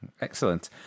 Excellent